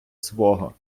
свого